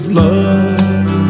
love